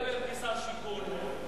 אולי תדבר כשר שיכון.